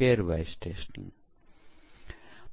તે ખૂબ અસરકારક